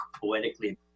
poetically